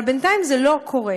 אבל בינתיים זה לא קורה.